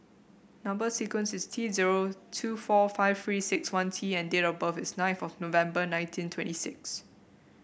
number sequence is T zero two four five Three six one T and date of birth is nine of November nineteen twenty six